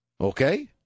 Okay